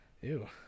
Ew